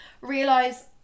realize